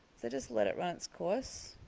so just let it run its course